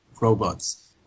robots